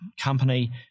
company